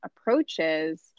approaches